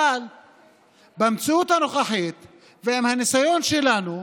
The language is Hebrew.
אבל במציאות הנוכחית ועם הניסיון שלנו,